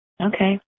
Okay